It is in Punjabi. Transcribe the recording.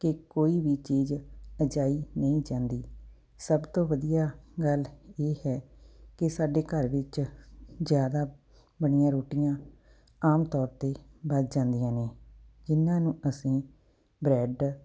ਕਿ ਕੋਈ ਵੀ ਚੀਜ਼ ਅਜਾਈ ਨਹੀਂ ਜਾਂਦੀ ਸਭ ਤੋਂ ਵਧੀਆ ਗੱਲ ਇਹ ਹੈ ਕਿ ਸਾਡੇ ਘਰ ਵਿੱਚ ਜ਼ਿਆਦਾ ਬਣੀਆਂ ਰੋਟੀਆਂ ਆਮ ਤੌਰ 'ਤੇ ਵੱਧ ਜਾਂਦੀਆਂ ਨੇ ਜਿਹਨਾਂ ਨੂੰ ਅਸੀਂ ਬਰੈੱਡ